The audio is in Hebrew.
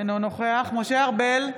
אינו נוכח משה ארבל,